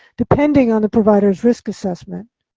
depending on the provider's risk assessment.